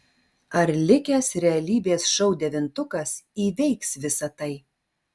ar likęs realybės šou devintukas įveiks visa tai